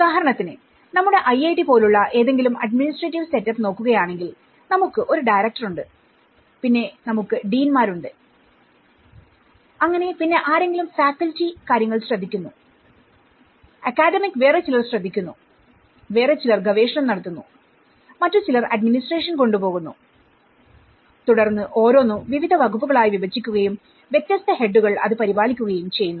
ഉദാഹരണത്തിന്നമ്മുടെ IIT പോലുള്ള ഏതെങ്കിലും administrative setup നോക്കുകയാണെങ്കിൽ നമുക്ക് ഒരു ഡയറക്ടറുണ്ട്പിന്നെ നമുക്ക് ഡീൻമാരുണ്ട് അങ്ങനെ പിന്നെ ആരെങ്കിലും ഫാക്കൽറ്റി കാര്യങ്ങൾ ശ്രദ്ധിക്കുന്നുഅക്കാദമിക് വേറെ ചിലർ ശ്രദ്ധിക്കുന്നു വേറെ ചിലർ ഗവേഷണം നടത്തുന്നു മറ്റു ചിലർ അഡ്മിനിസ്ട്രേഷൻ കൊണ്ടുപോകുന്നു തുടർന്ന് ഓരോന്നും വിവിധ വകുപ്പുകളായി വിഭജിക്കുകയും വ്യത്യസ്ത ഹെഡുകൾ അത് പരിപാലിക്കുകയും ചെയ്യുന്നു